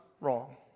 wrong